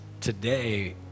today